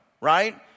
right